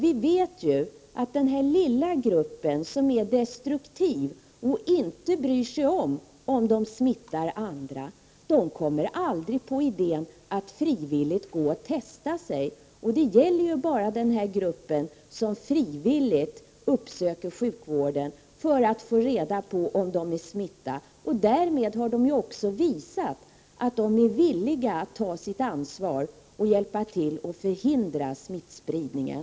Vi vet ju att den lilla grupp personer som är destruktiva och inte bryr sig om huruvida de smittar andra eller inte, aldrig skulle komma på idén att frivilligt gå och testa sig. Detta gäller bara dem som frivilligt uppsöker sjukvården för att få reda på om de är smittade. Därmed har de också visat att de är villiga att ta sitt ansvar och hjälpa till att förhindra smittspridningen.